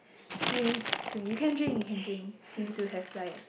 seem you can drink you can drink seem to have like